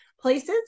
places